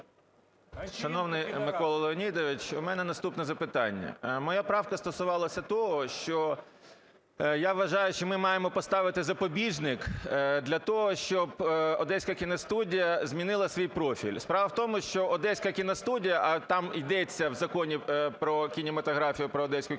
Шановний Микола Леонідович, у мене наступне запитання. Моя правка стосувалася того, що, я вважаю, що ми маємо поставити запобіжник для того, щоб Одеська кіностудія змінила свій профіль. Справа в тому, що Одеська кіностудія, а там йдеться в Законі "Про кінематографію" про Одеську кіностудію,